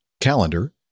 calendar